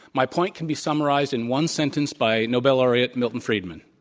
my point can be summarized in one sentence by nobel laureate, milton friedman.